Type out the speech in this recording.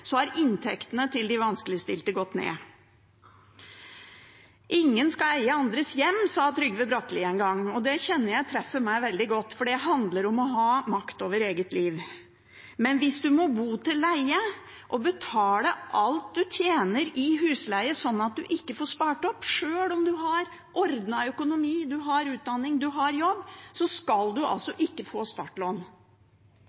har inntektene til de vanskeligstilte gått ned. Ingen skal eie andres hjem, sa Trygve Bratteli en gang. Det kjenner jeg treffer meg veldig godt, for det handler om å ha makt over eget liv. Men hvis du må leie bolig og betale alt du tjener i husleie, sånn at du ikke får spart opp – sjøl om du har ordnet økonomi, du har utdanning, du har jobb – skal du altså